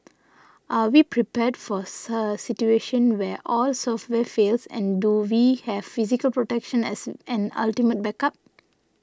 are we prepared for a situation where all software fails and do we have physical protection as an ultimate backup